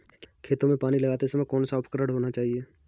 खेतों में पानी लगाते समय कौन सा उपकरण होना चाहिए?